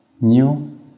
new